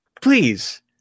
Please